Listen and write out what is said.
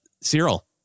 Cyril